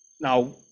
now